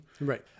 Right